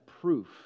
proof